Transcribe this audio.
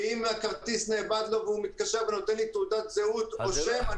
ואם הכרטיס אבד לו והוא מתקשר ונותן לי תעודת זהות או שם,